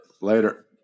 Later